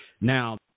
now